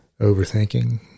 overthinking